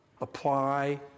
Apply